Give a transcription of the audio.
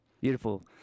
Beautiful